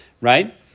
right